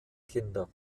kinder